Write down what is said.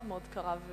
זה מאוד מאוד קרה.